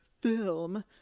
film